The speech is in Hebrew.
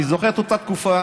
אני זוכר את אותה תקופה.